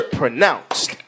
pronounced